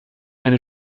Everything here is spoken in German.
eine